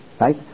Right